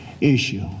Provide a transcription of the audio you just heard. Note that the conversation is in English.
issue